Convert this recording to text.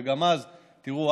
ותראו,